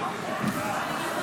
לחלופין ו